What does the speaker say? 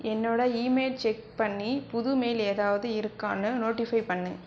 என்னோடய emails check பண்ணி புது மெயில் ஏதாவது இருக்கான்னு நோடிஃபை பண்ணு